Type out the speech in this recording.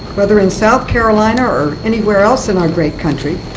whether in south carolina or anywhere else in our great country,